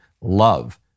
love